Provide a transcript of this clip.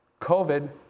COVID